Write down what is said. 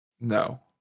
No